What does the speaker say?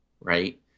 right